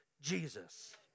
Jesus